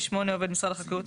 (8)עובד משרד החקלאות